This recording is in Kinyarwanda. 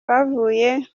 bavuye